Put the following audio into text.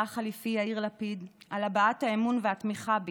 החליפי יאיר לפיד על הבעת האמון והתמיכה בי,